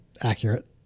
Accurate